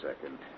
second